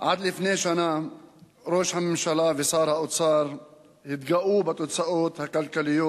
עד לפני שנה ראש הממשלה ושר האוצר התגאו בתוצאות הכלכליות